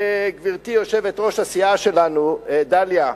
גברתי יושבת-ראש הסיעה שלנו דליה,